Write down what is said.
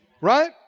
Right